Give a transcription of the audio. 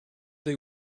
they